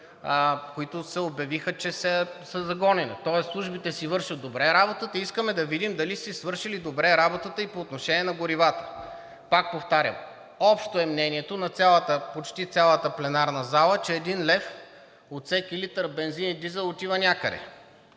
които обявиха, че са за гонене, тоест службите си вършат добре работата и искаме да видим дали са си свършили добре работата и по отношение на горивата. Пак повтарям, общо е мнението на почти цялата пленарна зала, че един лев от всеки литър бензин и дизел отива някъде,